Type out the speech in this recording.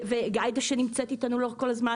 ועאידה שנמצאת איתנו לאורך כל הזמן